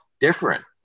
different